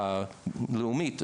לאומית,